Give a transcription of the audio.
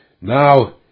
now